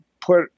put